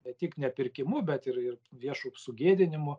ne tik nepirkimu bet ir ir viešu sugėdinimu